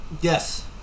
Yes